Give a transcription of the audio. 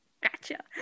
Gotcha